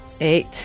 Eight